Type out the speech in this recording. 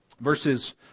verses